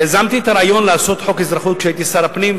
יזמתי את הרעיון לעשות חוק אזרחות כשהייתי שר פנים,